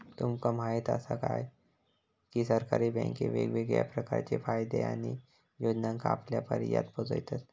तुमका म्हायत आसा काय, की सरकारी बँके वेगवेगळ्या प्रकारचे फायदे आणि योजनांका आपल्यापर्यात पोचयतत